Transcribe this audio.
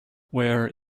where